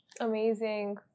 Amazing